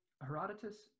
Herodotus